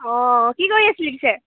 অঁ কি কৰি আছিলি পিছে